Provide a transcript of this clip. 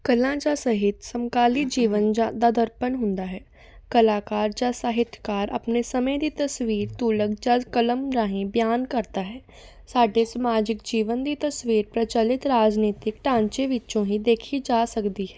ਕਲਾ ਜ਼ਾਂ ਸਹਿਤ ਸਮਕਾਲੀ ਜੀਵਨ ਜਾ ਦਾ ਦਰਪਣ ਹੁੰਦਾ ਹੈ ਕਲਾਕਾਰ ਜਾਂ ਸਾਹਿਤਕਾਰ ਆਪਣੇ ਸਮੇਂ ਦੀ ਤਸਵੀਰ ਤੁਲਕ ਜਾਂ ਕਲਮ ਰਾਹੀਂ ਬਿਆਨ ਕਰਦਾ ਹੈ ਸਾਡੇ ਸਮਾਜਿਕ ਜੀਵਨ ਦੀ ਤਸਵੀਰ ਪ੍ਰਚੱਲਿਤ ਰਾਜਨੀਤਿਕ ਢਾਂਚੇ ਵਿੱਚੋਂ ਹੀ ਦੇਖੀ ਜਾ ਸਕਦੀ ਹੈ